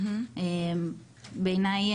בעיניי,